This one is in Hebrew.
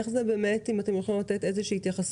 האם אתם יכולים לתת התייחסות,